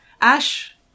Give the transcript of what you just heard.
Ash